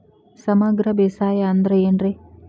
ಸಮಗ್ರ ಬೇಸಾಯ ಅಂದ್ರ ಏನ್ ರೇ?